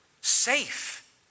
Safe